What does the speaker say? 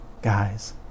guys